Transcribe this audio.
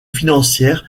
financière